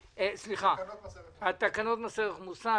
על תקנות מס ערך מוסף,